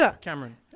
Cameron